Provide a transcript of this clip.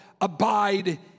abide